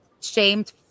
shamed